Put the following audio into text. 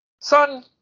son